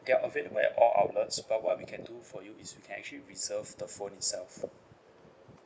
they are available at all outlets but what we can do for you is we can actually reserve the phone itself